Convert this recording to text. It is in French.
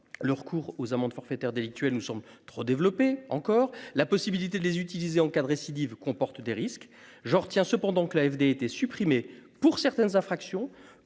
le recours aux amendes forfaitaires délictuelles, nous sommes trop développé encore la possibilité de les utiliser en cas de récidive comporte des risques genre retiens cependant que l'AFD été supprimés pour certaines infractions